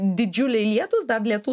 didžiuliai lietūs dar lietų